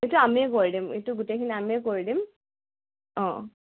এইটো আমিয়ে কৰি দিম এইটো গোটেইখিনি আমিয়ে কৰি দিম অঁ